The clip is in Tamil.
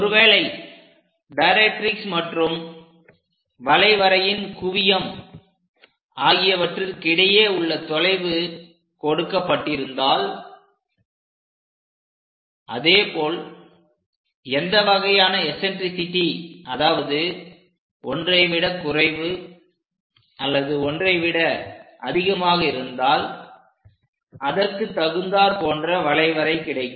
ஒருவேளை டைரக்ட்ரிக்ஸ் மற்றும் வளைவரையின் குவியம் ஆகியவற்றுக்கிடையே உள்ள தொலைவு கொடுக்கப்பட்டிருந்தால் அதேபோல் எந்த வகையான எசன்ட்ரிசிட்டி அதாவது ஒன்றை விட குறைவு அல்லது ஒன்றை விட அதிகமாக இருந்தால் அதற்கு தகுந்தார் போன்ற வளைவரை கிடைக்கும்